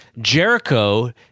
Jericho